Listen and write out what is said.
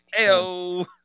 Heyo